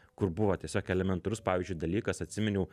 kur buvo tiesiog elementarus pavyzdžiui dalykas atsiminiau